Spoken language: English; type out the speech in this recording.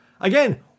Again